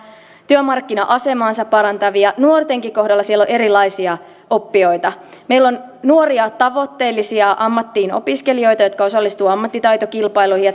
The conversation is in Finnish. työmarkkina asemaansa parantavia ja nuortenkin kohdalla siellä on erilaisia oppijoita meillä on nuoria tavoitteellisia ammattiin opiskelijoita jotka osallistuvat ammattitaitokilpailuihin